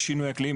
יש שינוי אקלים,